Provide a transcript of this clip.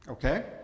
Okay